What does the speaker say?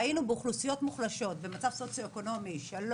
ראינו באוכלוסיות מוחלשות במצב סוציו אקונומי 3,